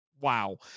wow